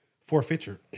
forfeiture